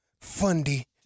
fundy